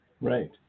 Right